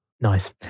Nice